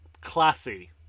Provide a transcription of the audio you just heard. classy